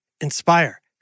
Inspire